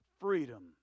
freedom